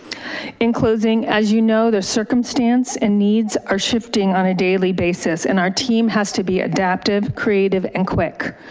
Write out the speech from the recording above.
in closing, as you know, the circumstance and needs are shifting on a daily basis and our team has to be adaptive, creative and quick.